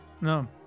No